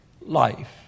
life